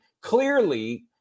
clearly